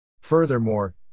Furthermore